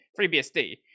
FreeBSD